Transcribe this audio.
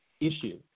issue